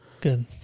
Good